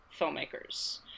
filmmakers